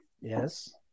Yes